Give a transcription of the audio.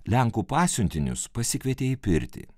lenkų pasiuntinius pasikvietė į pirtį